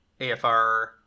AFR